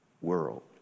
world